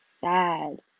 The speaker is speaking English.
sad